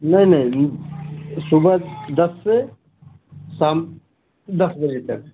नहीं नहीं सुबह दस से शाम दस बजे तक